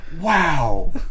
Wow